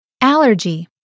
Allergy